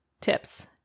tips